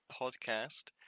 podcast